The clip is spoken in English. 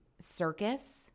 Circus